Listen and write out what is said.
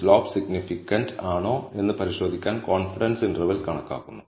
slope significant ആണോ എന്ന് പരിശോധിക്കാൻ കോൺഫിഡൻസ് ഇന്റർവെൽ കണക്കാക്കുന്നു